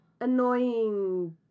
annoying